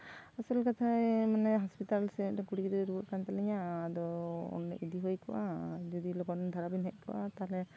ᱟᱥᱚᱞ ᱠᱟᱛᱷᱟ ᱦᱟᱥᱯᱟᱛᱟᱞ ᱥᱮᱫ ᱨᱮ ᱠᱩᱲᱤ ᱜᱤᱫᱽᱨᱟᱹᱭ ᱨᱩᱣᱟᱹᱜ ᱠᱟᱱ ᱛᱟᱹᱞᱤᱧᱟᱭ ᱟᱫᱚ ᱚᱸᱰᱮ ᱤᱫᱤ ᱦᱩᱭ ᱠᱚᱜᱼᱟ ᱡᱩᱫᱤ ᱞᱚᱜᱚᱱ ᱫᱷᱟᱨᱟ ᱵᱮᱱ ᱦᱮᱡ ᱠᱚᱜᱼᱟ ᱛᱟᱦᱞᱮ